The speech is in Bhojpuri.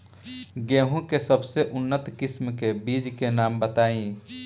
गेहूं के सबसे उन्नत किस्म के बिज के नाम बताई?